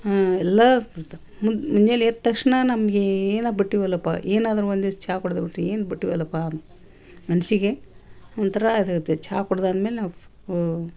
ಹಾಂ ಎಲ್ಲಾ ಮುಂಜಾನೆ ಎದ್ದ ತಕ್ಷಣ ನಮಗೆ ಏನೋ ಬಿಟ್ಟಿವಲ್ಲಪ್ಪ ಏನಾದರೂ ಒಂದು ಚಹಾ ಕುಡ್ದ ಬುಟ್ಟಿ ಏನು ಬುಟ್ಟಿವಲ್ಲಪ್ಪ ಮನ್ಸಿಗೆ ಒಂಥರಾ ಇದಾಗುತ್ತೆ ಚಾ ಕುಡ್ದಾದ್ಮೇಲೆ